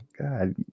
god